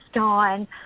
on